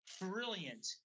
brilliant